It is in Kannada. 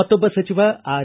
ಮತ್ತೊಬ್ಬ ಸಚಿವ ಆರ್